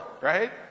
right